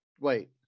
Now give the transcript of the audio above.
wait